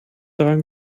dran